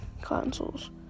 consoles